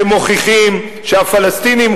שמוכיחים שהפלסטינים,